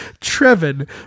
trevin